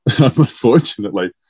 Unfortunately